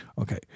Okay